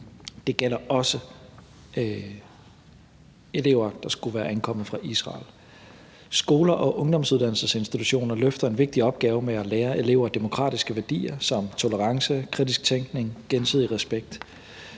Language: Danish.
Det gælder også elever, der skulle være ankommet fra Israel. Skoler og ungdomsuddannelsesinstitutioner løfter en vigtig opgave med at lære elever demokratiske værdier som tolerance, kritisk tænkning og gensidig respekt,